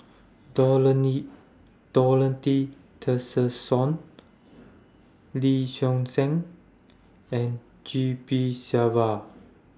Dorothy Tessensohn Lee Seow Ser and G P Selvam